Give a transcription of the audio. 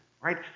Right